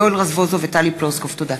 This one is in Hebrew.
יואל רזבוזוב וטלי פלוסקוב בנושא: